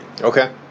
Okay